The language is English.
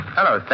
Hello